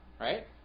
right